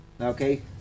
okay